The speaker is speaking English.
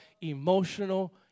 emotional